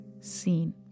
seen